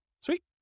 Sweet